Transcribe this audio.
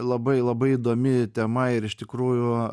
labai labai įdomi tema ir iš tikrųjų